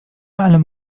أعلم